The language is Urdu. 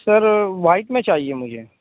سر وائٹ میں چاہیے مجھے